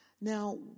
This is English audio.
Now